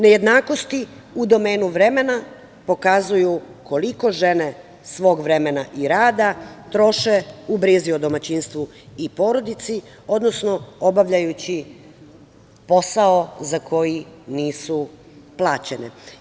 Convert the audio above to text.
Nejednakosti u domenu vremena pokazuju koliko žene svog vremena i rada troše u brizi o domaćinstvu i porodici, odnosno obavljajući posao za koji nisu plaćene.